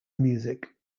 music